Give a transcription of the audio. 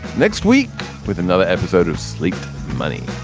next week with another episode of sleep money